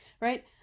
right